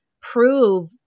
prove